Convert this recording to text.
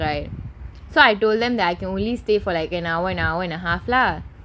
so I told them that I can only stay for like an hour an hour and a half lah